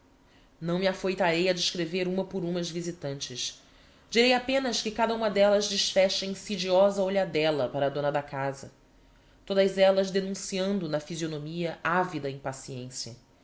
não me afoitarei a descrever uma por uma as visitantes direi apenas que cada uma d'ellas desfecha insidiosa olhadella para a dona da casa todas ellas denunciando na fisionomia ávida impaciencia